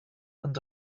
and